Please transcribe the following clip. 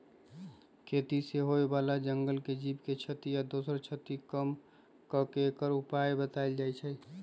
खेती से होय बला जंगल के जीव के क्षति आ दोसर क्षति कम क के एकर उपाय् बतायल जाइ छै